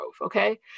Okay